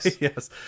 Yes